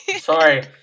Sorry